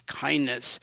kindness